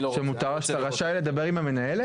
שאתה רשאי לדבר עם המנהלת?